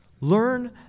Learn